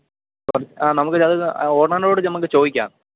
അപ്പം ആ നമുക്ക് അതൊന്ന് ആ ഓണറിനോട് ചെന്ന് ഒന്ന് ചോദിക്കാം